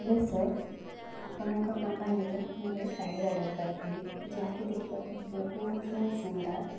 hello sir ଆପଣଙ୍କ କମ୍ପାନୀରୁ ମୁଁ ଗୋଟିଏ ଶାଢ଼ୀ ଅର୍ଡ଼ର କରିଥିଲି ଯାହାକି ଦେଖିବାକୁ ବହୁତ ହିଁ ସୁନ୍ଦର